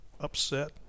upset